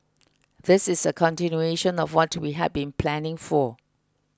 this is a continuation of what we had been planning for